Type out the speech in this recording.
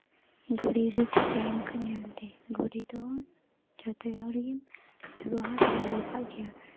ᱜᱷᱩᱲᱤ ᱨᱮᱫᱚ ᱴᱟᱭᱤᱢ ᱠᱚ ᱧᱮᱞᱛᱮ ᱜᱷᱩᱲᱤ ᱫᱚ ᱡᱚᱛᱚ ᱦᱚᱲᱜᱮ ᱵᱮᱵᱚᱦᱟᱨ ᱵᱟᱲᱟ ᱠᱟᱜ ᱜᱮᱭᱟ